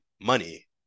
money